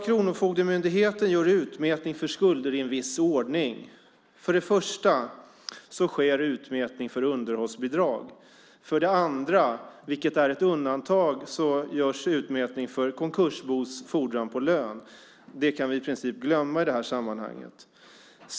Kronofogdemyndigheten gör utmätning för skulder i en viss ordning. För det första sker utmätning för underhållsbidrag. För det andra, vilket är ett undantag, görs utmätning för konkursbos fordran på lön. Det kan vi i princip glömma i detta sammanhang.